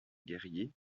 guerrier